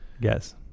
Yes